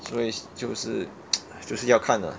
所以就是 就是要了